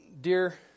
dear